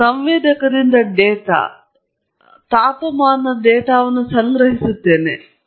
ನಾನು ಸಂವೇದಕದಿಂದ ಡೇಟಾ ಸುತ್ತುವರಿದ ತಾಪಮಾನ ಡೇಟಾವನ್ನು ಸಂಗ್ರಹಿಸಿ ಸಂಗ್ರಹಿಸುತ್ತೇವೆ